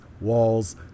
walls